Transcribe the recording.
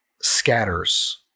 scatters